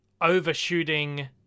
overshooting